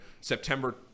September